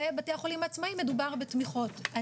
ובתי החולים העצמאיים מדובר בתמיכות.